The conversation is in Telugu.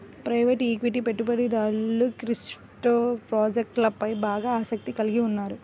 ప్రైవేట్ ఈక్విటీ పెట్టుబడిదారులు క్రిప్టో ప్రాజెక్ట్లపై బాగా ఆసక్తిని కలిగి ఉన్నారు